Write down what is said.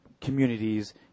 communities